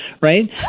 Right